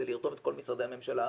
זה לרתום את כל משרדי הממשלה.